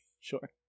sure